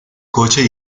coche